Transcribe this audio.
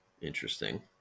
Interesting